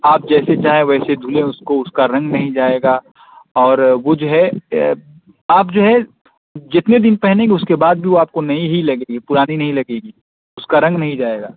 آپ جیسے چاہیں ویسے دھلیں اس کو اس کا رنگ نہیں جائے گا اور وہ جو ہے آپ جو ہے جتنے دن پہنیں گے اس کے بعد بھی وہ آپ کو نٮٔی ہی لگے گی پرانی نہیں لگے گی اس کا رنگ نہیں جائے گا